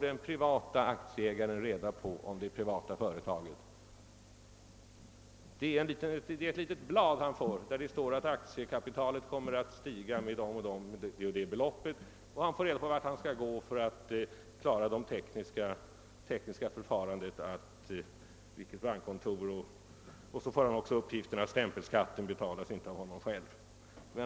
Den privata aktieägaren får bara ett litet blad där det står att aktiekapitalet kommer att stiga med det eller det beloppet, han får veta vart han skall gå för att klara de tekniska detaljerna och vidare får han uppgift om bankkontor och om att stämpelskatten inte betalas av honom själv.